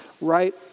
right